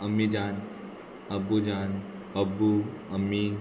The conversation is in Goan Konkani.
अम्मीजान अब्बूजान अब्बू अम्मी